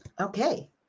Okay